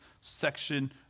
section